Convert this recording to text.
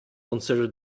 consider